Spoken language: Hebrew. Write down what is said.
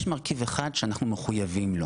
יש מרכיב אחד שאנחנו מחויבים לו